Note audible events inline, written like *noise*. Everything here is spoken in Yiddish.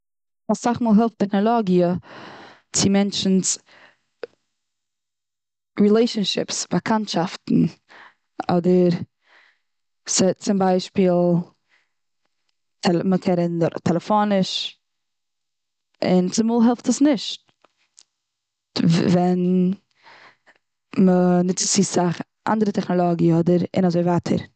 אסאך מאל העלפט טעכנאלאגיע צו מענטשנס רילעישאנשיפס, באקאנטשאפטן, אדער ס- צום ביישפיל *unintelligible* מ'קען רעדן ט- טעלעפאניש, און צומאל העלפט עס נישט. וו- ווען מ'ניצט צו סאך אנדערע טעכנאלאגיע און אזוי ווייטער.